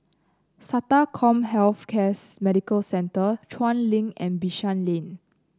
SATA CommHealth Case Medical Centre Chuan Link and Bishan Lane